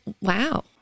wow